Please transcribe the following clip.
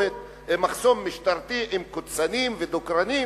מחסום משטרתי עם קוצנים ודוקרנים,